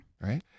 Right